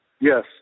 Yes